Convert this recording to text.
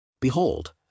Behold